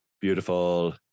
Beautiful